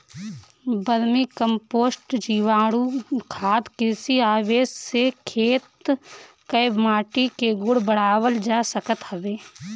vermi compost, जीवाणुखाद, कृषि अवशेष से खेत कअ माटी के गुण बढ़ावल जा सकत हवे